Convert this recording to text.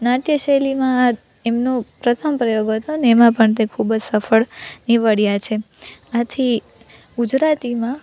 નાટ્ય શૈલીમાં એમનો પ્રથમ પ્રયોગ હતો અને એમાં પણ તે ખૂબ જ સફળ નીવડ્યા છે આથી ગુજરાતીમાં